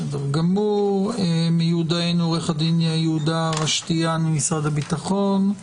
מיודענו עו"ד יהודה רשתיאן ממשרד הביטחון,